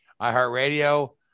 iHeartRadio